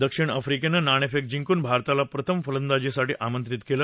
दक्षिण आफ्रिकेनं नाणेफेक जिंकून भारताला प्रथम फलंदाजीसाठी आमंत्रित केलं